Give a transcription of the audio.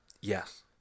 Yes